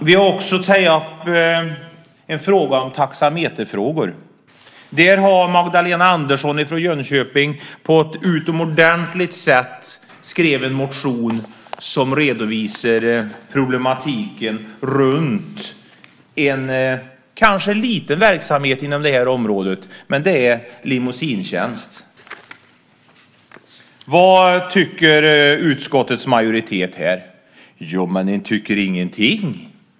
Vi har också tagit upp en taxameterfråga. Där har Magdalena Andersson från Jönköping på ett utomordentligt sätt skrivit en motion som redovisar problematiken runt en kanske liten verksamhet inom det här området - limousinetjänst. Vad tycker utskottets majoritet här? Jo, ni tycker ingenting!